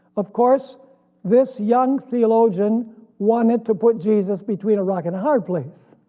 of course this young theologian wanted to put jesus between a rock and a hard place,